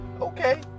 Okay